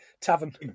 tavern